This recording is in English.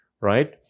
right